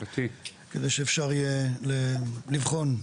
כדי שאפשר יהיה לבחון,